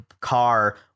car